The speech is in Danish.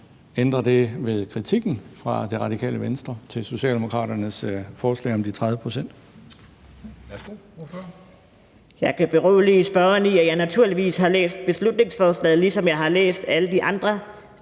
Ændrer det ved kritikken fra Radikale Venstre til Socialdemokraternes forslag om de 30 pct.?